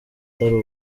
atari